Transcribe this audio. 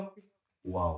Wow